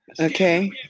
Okay